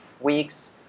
weeks